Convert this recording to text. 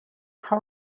how